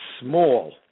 small